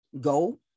go